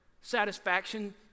satisfaction